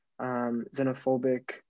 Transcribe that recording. xenophobic